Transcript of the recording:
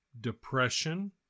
depression